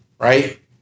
right